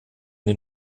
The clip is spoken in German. die